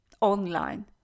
online